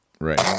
Right